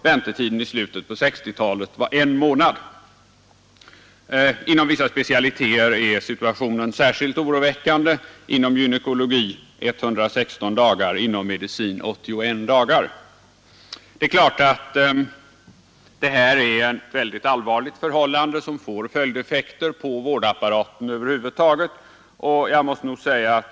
Väntetiden i slutet av 1960-talet var en månad. Inom vissa specialiteter är situationen särskilt oroväckande. Väntetiden är inom gynekologi 116 dagar, inom medicin 81 dagar. Det är klart att det här är ett väldigt allvarligt förhållande, som får följdeffekter på vårdapparaten över huvud taget.